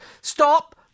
Stop